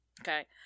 Okay